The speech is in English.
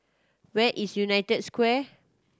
where is United Square